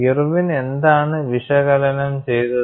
Irwin എന്താണ് വിശകലനം ചെയ്തത്